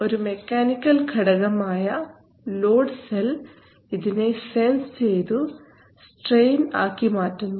ഒരു മെക്കാനിക്കൽ ഘടകമായ load cell ഇതിനെ സെൻസ് ചെയ്തു സ്റ്റ്രയിൻ ആക്കി മാറ്റുന്നു